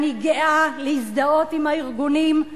אני גאה להזדהות עם הארגונים,